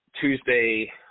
Tuesday